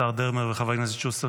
השר דרמר וחבר הכנסת שוסטר,